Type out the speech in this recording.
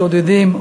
שודדים,